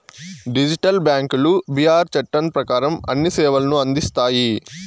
digital బ్యాంకులు B R చట్టం ప్రకారం అన్ని సేవలను అందిస్తాయి